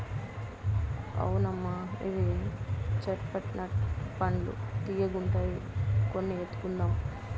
అవునమ్మా ఇవి చేట్ పట్ నట్ పండ్లు తీయ్యగుండాయి కొన్ని ఎత్తుకుందాం